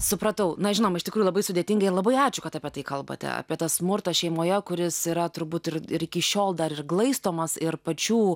supratau na žinoma iš tikrųjų labai sudėtingai ir labai ačiū kad apie tai kalbate apie tą smurtą šeimoje kuris yra turbūt ir ir iki šiol dar ir glaistomas ir pačių